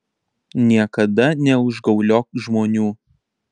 niekada neužgauliok žmonių